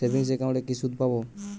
Savings একাউন্টে কি সুদ পাব?